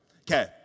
Okay